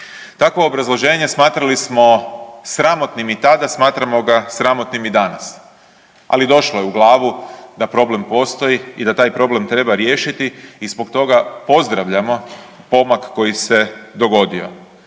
Takvo obrazloženje smatrali smo sramotnim i tada, smatramo ga sramotnim i danas, ali došlo je u glavu da problem postoji i da taj problem treba riješiti i zbog toga pozdravljamo pomak koji se dogodio